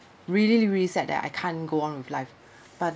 really really sad that I can't go on with life but